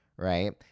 right